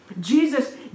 Jesus